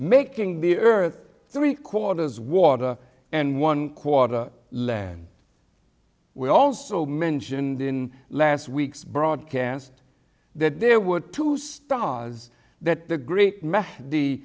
making the earth three quarters water and one quarter land we also mentioned in last week's broadcast that there were two stars that the great